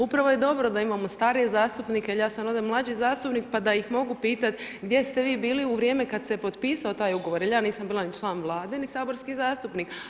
Upravo je dobro da imamo starije zastupnike jel ja sam ovdje mlađi zastupnik pa da ih mogu pitati gdje ste vi bili u vrijeme kada se potpisao taj ugovor jel ja nisam bila ni član Vlade ni saborski zastupnik.